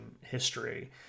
history